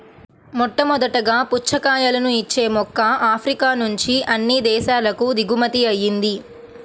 మొట్టమొదటగా పుచ్చకాయలను ఇచ్చే మొక్క ఆఫ్రికా నుంచి అన్ని దేశాలకు దిగుమతి అయ్యింది